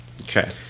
Okay